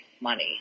money